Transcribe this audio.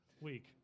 Week